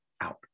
Out